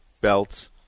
belts